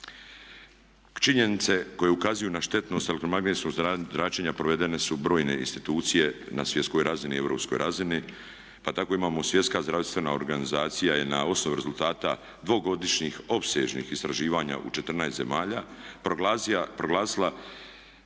Činjenice koje ukazuju na štetnost elektromagnetskog zračenja provedene su brojne institucije na svjetskoj razini i europskoj razini. Pa tako imamo Svjetska zdravstvena organizacija je na osnovu rezultata dvogodišnjih opsežnih istraživanja u 14 zemalja proglasila